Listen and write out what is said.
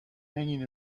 hanging